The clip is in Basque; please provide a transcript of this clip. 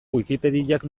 wikipediak